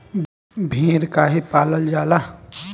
भेड़ काहे पालल जाला?